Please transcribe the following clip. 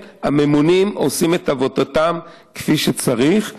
הממונים עושים את עבודתם כפי שצריך.